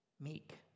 Meek